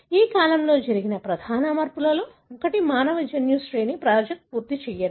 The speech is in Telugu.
ఈ కాలంలో జరిగిన ప్రధాన మార్పులలో ఒకటి మానవ జన్యు శ్రేణి ప్రాజెక్ట్ పూర్తి చేయడం